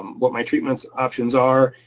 what my treatment options are.